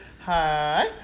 Hi